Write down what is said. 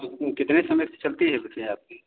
कितने समय से चलती है बसें आपकी